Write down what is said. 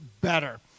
better